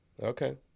Okay